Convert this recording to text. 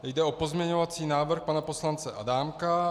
Jde o pozměňovací návrh pana poslance Adámka.